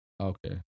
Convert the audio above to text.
Okay